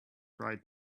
right